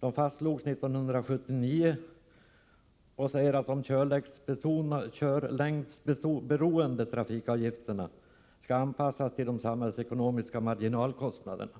De fastslogs 1979 och går ut på att de körlängdsberoende trafikavgifterna skall anpassas till de samhällsekonomiska marginalkostnaderna.